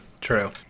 True